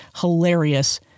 hilarious